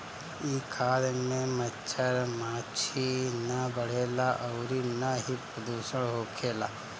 इ खाद में मच्छर माछी ना बढ़ेला अउरी ना ही प्रदुषण होखेला